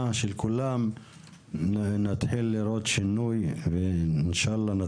של כולם נתחיל לראות שינוי אינשאללה.